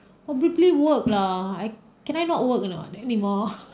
probably work lah I can I not working or not anymore